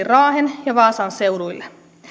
raahen ja vaasan seuduille